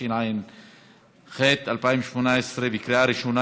התשע"ח 2018, בקריאה ראשונה.